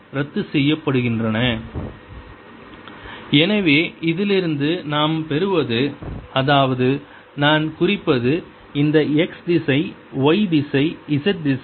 EyxyEyxyEy∂xxy ∂tBxy Ey∂x Bz∂t எனவே இதிலிருந்து நாம் பெறுவது அதாவது நான் குறிப்பது இந்த x திசை y திசை z திசை